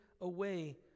away